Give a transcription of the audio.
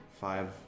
five